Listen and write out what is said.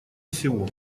всего